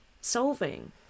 solving